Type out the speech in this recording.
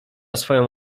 swoją